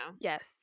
yes